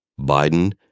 Biden